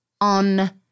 on